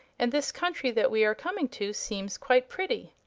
and this country that we are coming to seems quite pretty.